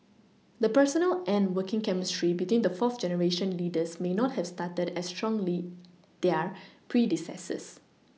the personal and working chemistry between the fourth generation leaders may not have started as strongly their predecessors